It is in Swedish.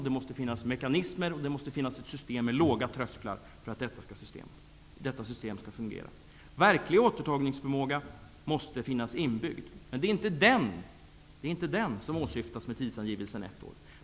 Det måste finnas ett system med låga trösklar för att detta skall fungera. Verklig återtagningsförmåga måste finnas inbyggd. Det är inte denna som åsyftas med tidsangivelsen ett år.